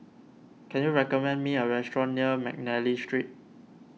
can you recommend me a restaurant near McNally Street